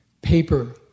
paper